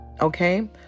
Okay